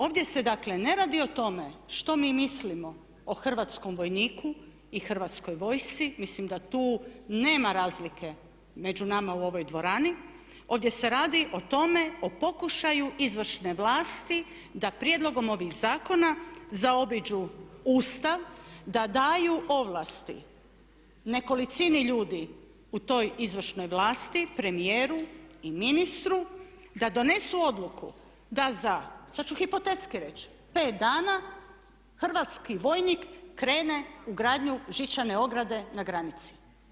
Ovdje se dakle ne radi o tome što mi mislimo o hrvatskom vojniku i Hrvatskoj vojsci, mislim da tu nema razlike među nama u ovoj dvorani, ovdje se radi o tome, o pokušaju izvršne vlasti da prijedlogom ovih zakona zaobiđu Ustav, da daju ovlasti nekolicini ljudi u toj izvršnoj vlasti, premijeru i ministru da donesu odluku da za sad ću hipotetski reći 5 dana hrvatski vojnik krene u gradnju žičane ograde na granici.